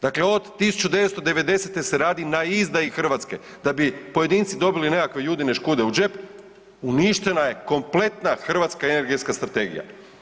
Dakle, od 1990.-te se radi na izdaji Hrvatske da bi pojedinci dobili nekakve judine škude u džep, uništena je kompletna hrvatska energetska strategija.